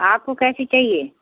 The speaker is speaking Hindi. आपको कैसी चाहिए